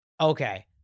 Okay